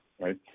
Right